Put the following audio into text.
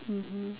mmhmm